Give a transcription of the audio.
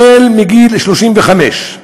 החל בגיל 35,